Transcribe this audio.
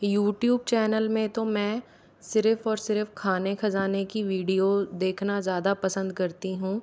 YouTube channel में तो मैं सिर्फ और सिर्फ खाने खजाने की वीडियो देखना ज़्यादा पसंद करती हूँ